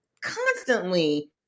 constantly